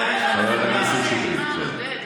למה לא עשיתם את זה כשישבתם שם?